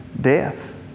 death